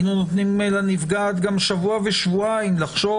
היינו נותנים לנפגעת שבוע-שבועיים לחשוב